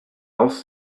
else